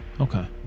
Okay